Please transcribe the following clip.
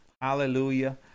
hallelujah